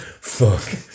fuck